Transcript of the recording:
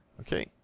Okay